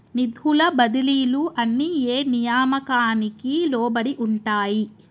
నిధుల బదిలీలు అన్ని ఏ నియామకానికి లోబడి ఉంటాయి?